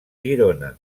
girona